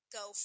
go